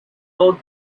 old